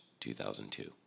2002